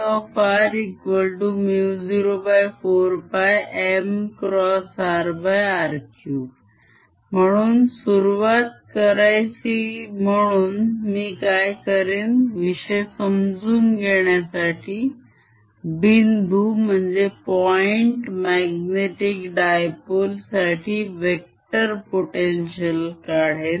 Ar04πmrr3 म्हणून सुरुवात करायची म्हणून मी काय करेन विषय समजून घेण्यासाठी बिंदू magnetic dipoleसाठी वेक्टर potential काढेन